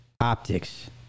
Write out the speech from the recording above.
optics